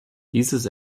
dieses